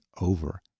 over